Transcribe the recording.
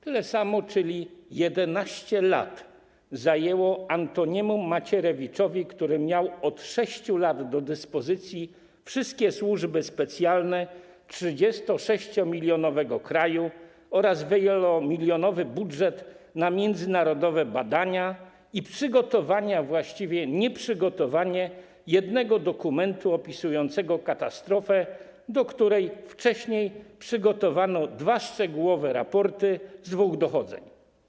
Tyle samo, czyli 11 lat, zajęło Antoniemu Macierewiczowi, który miał od 6 lat do dyspozycji wszystkie służby specjalne 36-milionowego kraju oraz wielomilionowy budżet na międzynarodowe badania, przygotowanie, a właściwie nieprzygotowanie jednego dokumentu opisującego katastrofę, do której wcześniej przygotowano dwa szczegółowe raporty z dwóch dochodzeń.